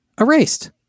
erased